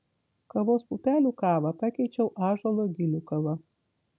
kavos pupelių kavą pakeičiau ąžuolo gilių kava